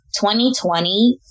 2020